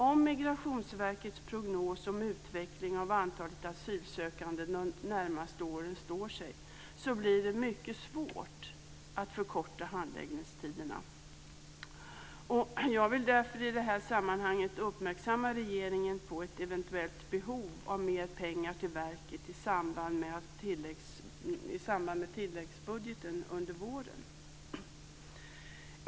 Om Migrationsverkets prognos om utvecklingen av antalet asylsökande de närmaste åren står sig, blir det mycket svårt att förkorta handläggningstiderna. Jag vill därför i det här sammanhanget uppmärksamma regeringen på ett eventuellt behov av mer pengar till verket i samband med tilläggsbudgeten under våren.